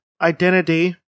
Identity